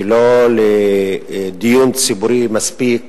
ולא לדיון ציבורי מספיק,